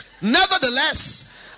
Nevertheless